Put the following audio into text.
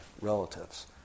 relatives